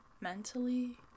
mentally